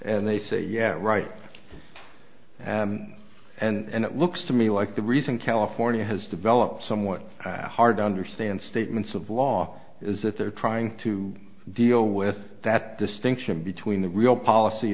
and they say yet right and it looks to me like the reason california has developed somewhat hard to understand statements of law is that they're trying to deal with that distinction between the real policy